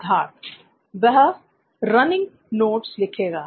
सिद्धार्थ वह running notes लिखेगा